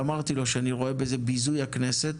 ואמרתי שאני רואה בזה ביזוי הכנסת